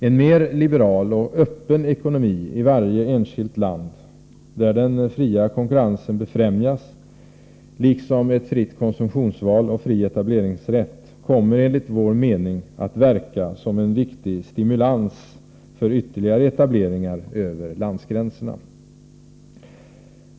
En mer liberal och öppen ekonomi i varje enskilt land, där den fria konkurrensen befrämjas, liksom ett fritt konsumtionsval och fri etableringsrätt, kommer enligt vår mening att verka som en viktig stimulans för ytterligare etableringar över landsgränserna.